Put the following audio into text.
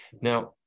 now